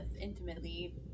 intimately